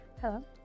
Hello